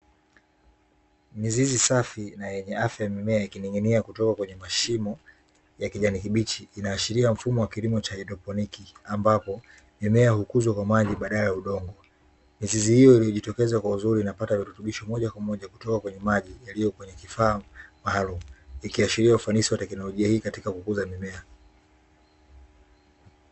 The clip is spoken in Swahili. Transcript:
Miziz safi na yenye afya ya mimea ikining'inia kutoka kwenye mashimo ya kijani kibichi inaashiria mfumo wa kilimo cha kihaidroponiki ambapo mimea hukuzwa kwa maji badala ya udongo. Mizizi hiyo iliyojitokeza kwa uzuzri inapata virutubisho moja kwa moja kutoka kwenye maji yaliyo kwenye kifaa maalumu ikiashiria ufanizi wa teknolojia hii katika kukuza mimea.